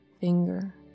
finger